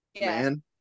man